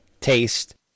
taste